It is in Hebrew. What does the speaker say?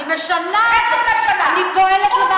אתם, הליכוד הפקירו את הפריפריה.